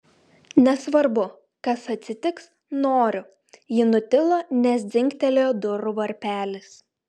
nesvarbu kas atsitiks noriu ji nutilo nes dzingtelėjo durų varpelis